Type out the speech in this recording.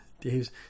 Dave's